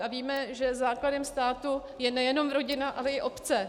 A víme, že základem státu je nejenom rodina, ale i obce.